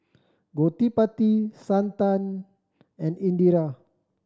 Gottipati Santha and Indira